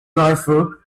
rifle